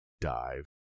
dive